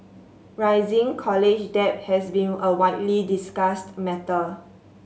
rising college debt has been a widely discussed matter